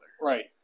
Right